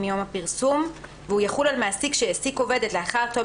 מיום פרסומו והוא יחול על מעסיק שהעסיק עובדת לאחר תום